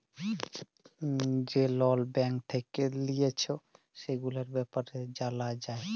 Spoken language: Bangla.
যে লল ব্যাঙ্ক থেক্যে লিয়েছে, সেগুলার ব্যাপারে জালা যায়